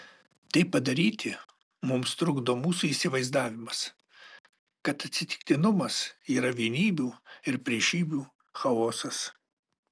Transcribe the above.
tai padaryti mums trukdo mūsų įsivaizdavimas kad atsitiktinumas yra vienybių ir priešybių chaosas